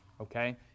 Okay